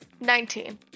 Nineteen